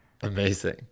Amazing